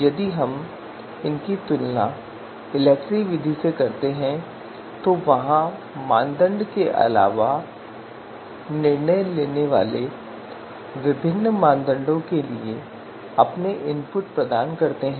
यदि हम इसकी तुलना इलेक्ट्री विधि से करते हैं तो वहाँ मानदंड के अलावा निर्णय लेने वाले विभिन्न मापदंडों के लिए अपने इनपुट प्रदान करते हैं